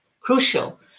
crucial